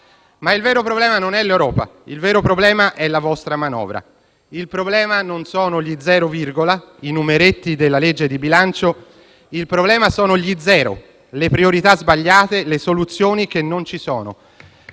il vero problema non è l'Unione europea ma la vostra manovra. Il problema non sono gli zero virgola e i numeretti della legge di bilancio, bensì gli zero, le priorità sbagliate e le soluzioni che non ci sono: